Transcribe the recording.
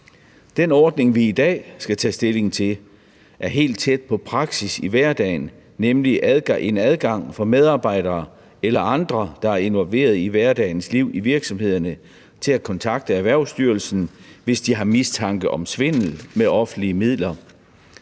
Den ordning, vi i dag skal tage stilling til, er helt tæt på praksis i hverdagen, nemlig en adgang for medarbejdere eller andre, der er involveret i hverdagens liv i virksomhederne, til at kontakte Erhvervsstyrelsen, hvis de har mistanke om svindel med offentlige midler,